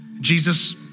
Jesus